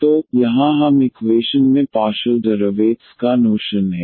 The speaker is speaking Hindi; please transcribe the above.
तो यहाँ हम इकवेशन में पार्शियल डेरिवेटस का नोशन है